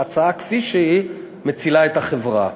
וההצעה כפי שהיא מצילה את החברה.